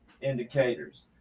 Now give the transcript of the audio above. indicators